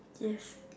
yes